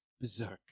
berserk